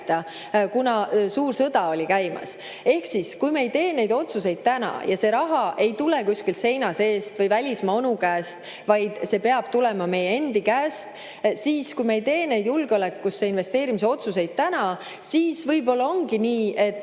kuna suur sõda oli käimas. Ehk kui me ei tee neid otsuseid täna – ja see raha ei tule kuskilt seina seest või välismaa onu käest, vaid see peab tulema meie endi käest –, kui me ei tee neid julgeolekusse investeerimise otsuseid täna, siis võib-olla ongi nii, et